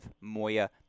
Moya